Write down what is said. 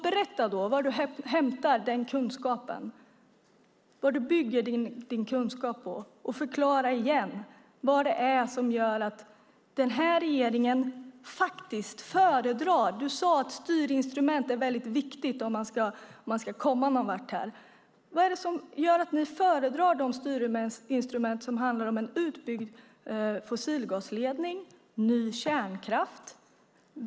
Berätta var du hämtar den kunskapen och vad du bygger den på, Maud Olofsson. Du sade att det är viktigt med styrinstrument om man ska komma någonvart. Förklara vad det är som gör att regeringen föredrar sådana styrinstrument som en utbyggd fossilgasledning och ny kärnkraft?